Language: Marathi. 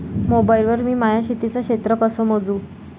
मोबाईल वर मी माया शेतीचं क्षेत्र कस मोजू?